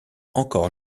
encore